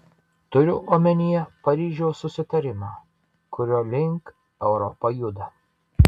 turiu omenyje paryžiaus susitarimą kurio link europa juda